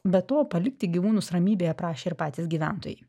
be to palikti gyvūnus ramybėje prašė ir patys gyventojai